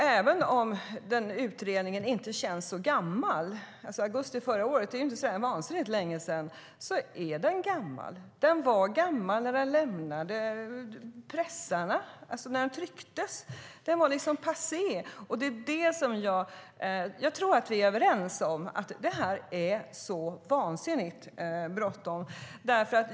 Även om utredningen inte känns så gammal - augusti förra året är ju inte vansinnigt länge sedan - är den gammal. Den var gammal när den lämnade pressarna, när den trycktes. Den var passé, och jag tror att vi är överens om att det är vansinnigt bråttom.